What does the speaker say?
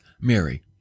Mary